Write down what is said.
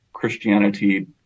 Christianity